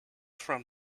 from